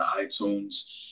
itunes